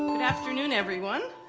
and afternoon, everyone,